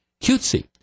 cutesy